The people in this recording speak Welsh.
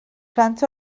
plant